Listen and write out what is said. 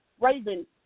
Raven